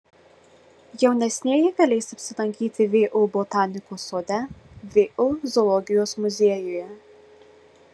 jaunesnieji galės apsilankyti vu botanikos sode vu zoologijos muziejuje